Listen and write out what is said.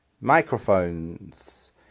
microphones